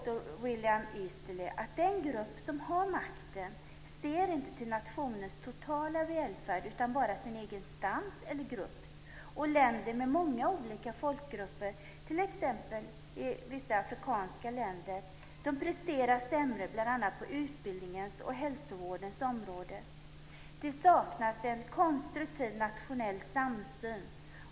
Jo, William Easterley påstår att den grupp som har makten inte ser till nationens totala välfärd utan bara till sin egen stams eller grupps. Länder med många olika folkgrupper, t.ex. vissa afrikanska länder, presterar sämre på bl.a. utbildningens och hälsovårdens område. Det saknas en konstruktiv nationell samsyn.